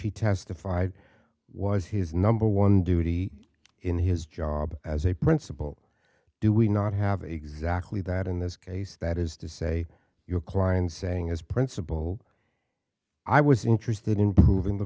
he testified was his number one duty in his job as a principal do we not have exactly that in this case that is to say your client saying his principal i was interested in proving the